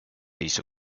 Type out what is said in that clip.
hizo